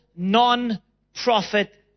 Non-profit